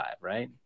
right